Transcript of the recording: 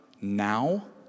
now